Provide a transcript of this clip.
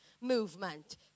movement